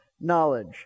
knowledge